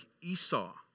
Esau